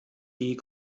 die